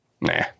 Nah